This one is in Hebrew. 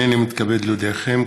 הינני מתכבד להודיעכם,